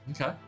Okay